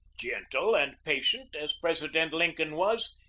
gentle and patient as president lincoln was,